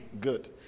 Good